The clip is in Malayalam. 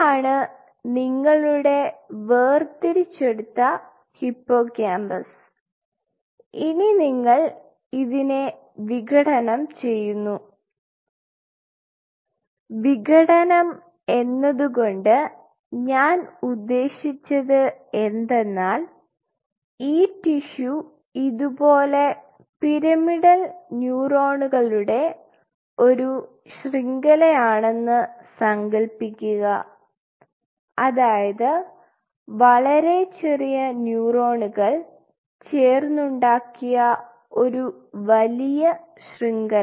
ഇതാണ് നിങ്ങളുടെ വേർതിരിച്ചെടുത്ത ഹിപ്പോകാമ്പസ് ഇനി നിങ്ങൾ ഇതിനെ വിഘടനം ചെയ്യുന്നു വിഘടനം എന്നതുകൊണ്ട് ഞാൻ ഉദ്ദേശിച്ചത് എന്തെന്നാൽ ഈ ടിഷ്യു ഇതുപോലെ പിരമിഡൽ ന്യൂറോണുകളുടെ ഒരു ശൃംഖലയാണെന്ന് സങ്കൽപ്പിക്കുക അതായത് വളരെ ചെറിയ ന്യൂറോണുകൾ ചേർന്നുണ്ടാക്കിയ ഒരു വലിയ ശൃംഖല